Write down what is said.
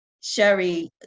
Sherry